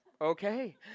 okay